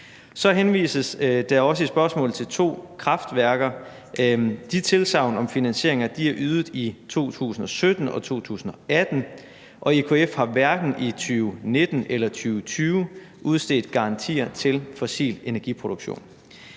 Så henvises der også i spørgsmålet til to kraftværker, og de tilsagn om finansiering er ydet i 2017 og 2018, og EKF har hverken i 2019 eller i 2020 udstedt garantier til fossil energiproduktion.